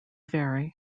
vary